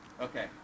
Okay